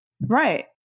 Right